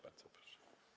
Bardzo proszę.